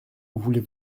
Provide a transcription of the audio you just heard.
voulez